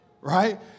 right